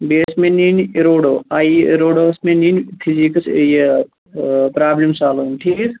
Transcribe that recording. بیٚیہِ ٲسۍ مےٚ نِنۍ اِروڈو آی اِی اِروڈو آس مےٚ نِنۍ فِزیٖکٕس یہِ پرٛابلِم سالوِنٛگ ٹھیٖک